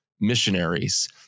missionaries